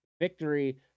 victory